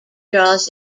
draws